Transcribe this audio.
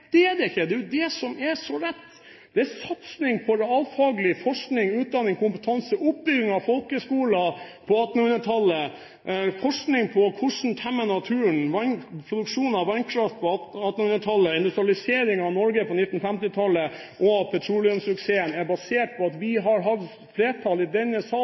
det er det ikke, det er jo det som er så rett – det er en satsing på realfaglig forskning, utdanning, kompetanse, oppbygging av folkeskoler på 1800-tallet, forskning på hvordan man temmer naturen, produksjon av vannkraft på 1800-tallet, industrialiseringen av Norge på 1950-tallet og petroleumssuksessen. Dette er basert på at et flertall i denne sal